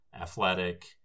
athletic